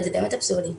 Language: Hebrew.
אבל זה באמת אבסורדי.